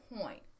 point